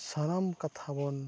ᱥᱟᱱᱟᱢ ᱠᱟᱛᱷᱟ ᱵᱚᱱ